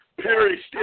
Perry